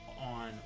on